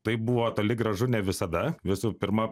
taip buvo toli gražu ne visada visų pirma